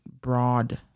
broad